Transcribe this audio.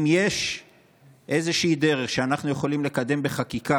אם יש איזושהי דרך שבה אנחנו יכולים לקדם בחקיקה